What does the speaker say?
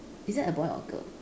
is that a boy or girl